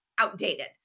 outdated